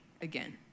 again